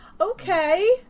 okay